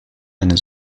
eine